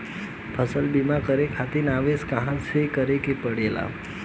फसल बीमा करे खातिर आवेदन कहाँसे करे के पड़ेला?